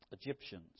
Egyptians